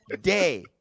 day